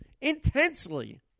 intensely